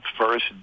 first